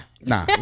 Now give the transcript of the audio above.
nah